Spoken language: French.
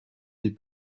des